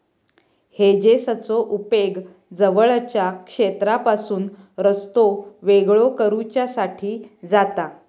हेजेसचो उपेग जवळच्या क्षेत्रापासून रस्तो वेगळो करुच्यासाठी जाता